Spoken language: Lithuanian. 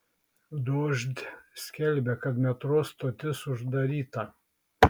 dožd skelbia kad metro stotis uždaryta